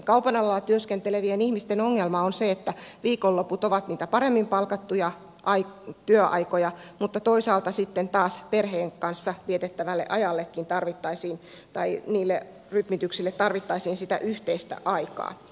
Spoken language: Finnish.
kaupan alalla työskentelevien ihmisten ongelma on se että viikonloput ovat niitä paremmin palkattuja työaikoja mutta toisaalta sitten taas perheen kanssa vietettävälle ajallekin niille rytmityksille tarvittaisiin sitä yhteistä aikaa